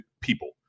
people